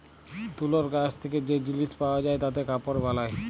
তুলর গাছ থেক্যে যে জিলিস পাওয়া যায় তাতে কাপড় বালায়